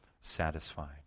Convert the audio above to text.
satisfied